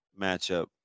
matchup